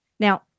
Now